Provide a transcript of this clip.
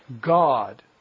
God